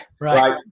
Right